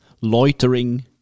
loitering